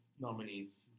nominees